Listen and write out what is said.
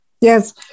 Yes